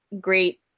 great